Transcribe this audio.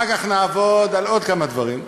אחר כך נעבוד על עוד כמה דברים.